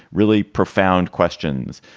really profound questions,